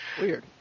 Weird